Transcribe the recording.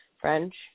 French